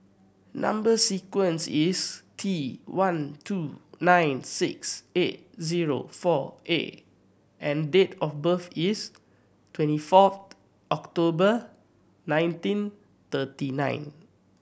number sequence is T one two nine six eight zero four A and date of birth is twenty fourth October nineteen thirty nine